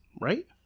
right